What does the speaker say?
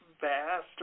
vast